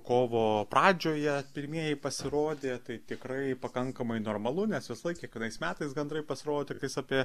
kovo pradžioje pirmieji pasirodė tai tikrai pakankamai normalu nes visąlaik kiekvienais metais gandrai pasirodo tiktais apie